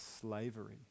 slavery